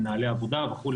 מנהלי העבודה וכו',